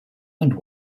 and